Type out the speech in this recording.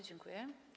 Dziękuję.